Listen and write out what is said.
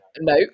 No